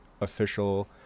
official